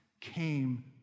came